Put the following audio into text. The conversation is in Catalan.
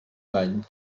bany